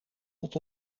tot